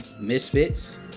misfits